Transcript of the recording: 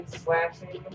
slashing